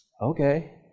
Okay